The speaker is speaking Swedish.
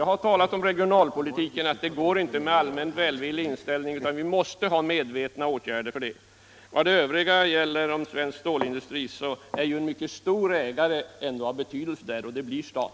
Jag har talat om att det i regionalpolitiken inte räcker med en allmänt välvillig inställning, utan att vi måste sätta in medvetna åtgärder på det området. Vad gäller svensk stålindustri är staten, och kommer i framtiden att vara, en mycket stor ägarintressent.